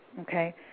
Okay